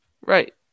Right